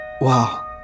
Wow